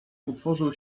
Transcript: utworzył